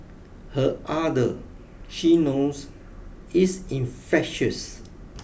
her ardour she knows is infectious